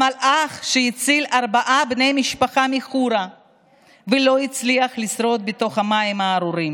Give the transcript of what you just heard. המלאך שהציל ארבעה בני משפחה מחורה ולא הצליח לשרוד בתוך המים הארורים.